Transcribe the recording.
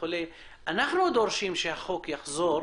אנחנו דורשים שהחוק יחזור